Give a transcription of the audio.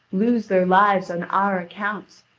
lose their lives on our account.